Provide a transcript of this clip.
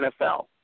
NFL